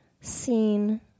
seen